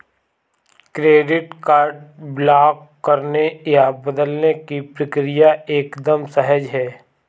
credit card block करने या बदलने की प्रक्रिया एकदम सहज है